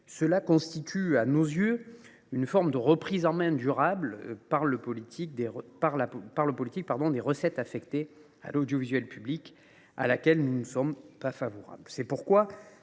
Cela constitue à nos yeux une forme de reprise en main durable du politique sur les recettes affectées à l’audiovisuel public, à laquelle nous ne sommes pas favorables.